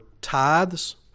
tithes